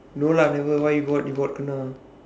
no lah never why you got you got